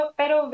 pero